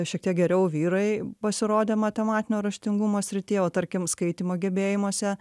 šiek tiek geriau vyrai pasirodė matematinio raštingumo srityje o tarkim skaitymo gebėjimuose